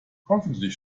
hoffentlich